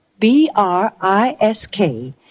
B-R-I-S-K